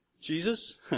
Jesus